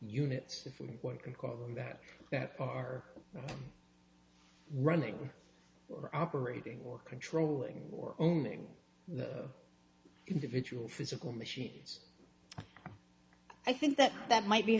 from what i can call them that are running or operating or controlling or owning the individual physical machines i think that that might be